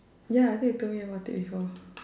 ya I thought you told me about it before